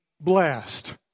blessed